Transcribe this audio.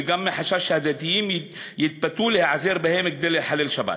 וגם בשל חשש שהדתיים יתפתו להיעזר בהם כדי לחלל שבת.